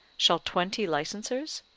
shall twenty licensers?